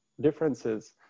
differences